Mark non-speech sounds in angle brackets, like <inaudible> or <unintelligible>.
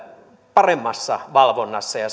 paremmassa valvonnassa ja <unintelligible>